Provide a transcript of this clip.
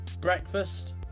breakfast